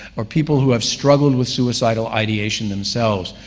or people who have struggled with suicidal ideation themselves,